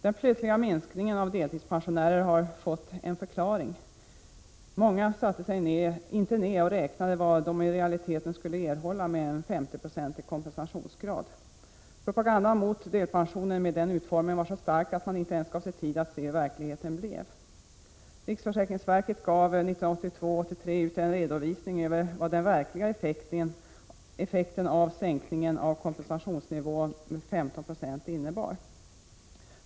Den plötsliga minskningen av antalet deltidspensionärer har fått sin förklaring. Många satte sig inte ned och räknade ut vad de i realiteten skulle få med en 50-procentig kompensationsgrad. Propagandan mot delpensionen med den utformningen var så stark att man inte ens gav sig tid att se hur verkligheten blev. Riksförsäkringsverket gav 1982—83 ut en redovisning av vad den verkliga effekten av sänkningen av kompensationsnivån med 15 9 innebar.